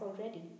already